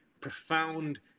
profound